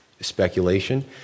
speculation